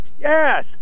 Yes